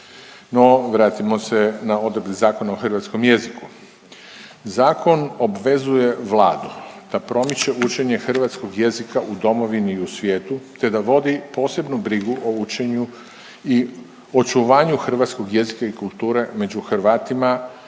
No vratimo se na odredbe Zakona o hrvatskom jeziku. Zakon obvezuje Vladu da promiče učenje hrvatskog jezika u domovini i u svijetu te da vodi posebnu brigu o učenju i očuvanju hrvatskog jezika i kulture među Hrvatima i njihovim